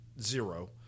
Zero